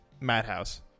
Madhouse